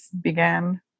began